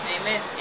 Amen